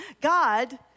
God